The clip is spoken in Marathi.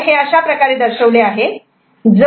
तर हे अशाप्रकारे दर्शवले आहे